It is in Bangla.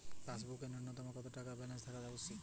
পাসবুকে ন্যুনতম কত টাকা ব্যালেন্স থাকা আবশ্যিক?